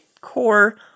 core